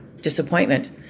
disappointment